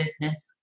business